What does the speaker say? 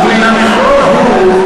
אבל מן המכלול ההוא,